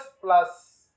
plus